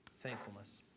thankfulness